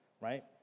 right